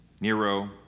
Nero